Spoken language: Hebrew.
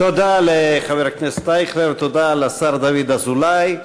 תודה לחבר הכנסת אייכלר, תודה לשר דוד אזולאי.